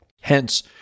Hence